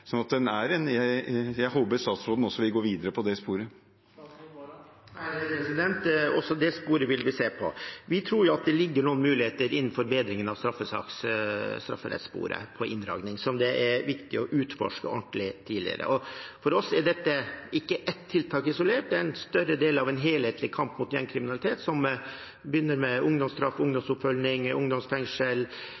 jeg håper statsråden også vil gå videre på det sporet. Også det sporet vil vi se på. Vi tror at det ligger noen muligheter for inndragning innen forbedringen av strafferettssporet, som det er viktig å utforske ordentlig og tidlig. For oss er ikke dette ett tiltak isolert, det er en større del av en helhetlig kamp mot gjengkriminalitet som begynner med ungdomsstraff,